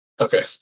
Okay